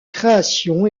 création